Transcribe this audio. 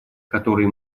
которые